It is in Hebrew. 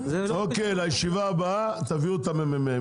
לישיבה הבאה תביאו את הממ"מ,